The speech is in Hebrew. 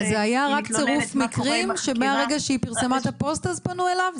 אז זה היה רק צירוף מקרים שמהרגע שהיא פרסמה את הפוסט אז פנו אליו?